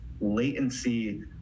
latency